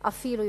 אפילו יותר.